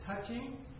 touching